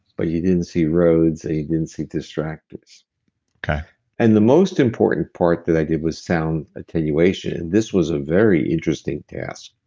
but you didn't see roads and you didn't see distractors okay and the most important part that i did was sound attenuation. this was a very interesting task,